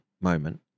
moment